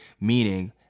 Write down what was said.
meaning